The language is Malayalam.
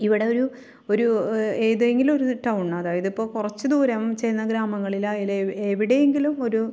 ഇവിടെ ഒരു ഒരു ഏതെങ്കിലും ഒരു ടൗൺ അതായതിപ്പോൾ കുറച്ച് ദൂരം ചെന്ന് ഗ്രാമങ്ങളിലകലെ എവിടെയെങ്കിലും ഒരു